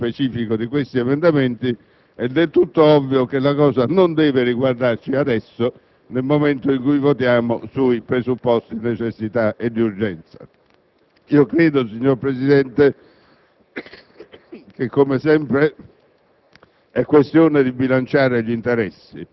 a prescindere dalle decisioni da assumere nel merito specifico di questi emendamenti, è del tutto ovvio che la cosa non deve riguardarci adesso, nel momento in cui votiamo sui presupposti di necessità e di urgenza. Credo, signor Presidente